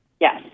yes